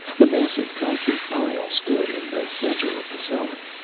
the massive concrete pile stood in the center of the cellar.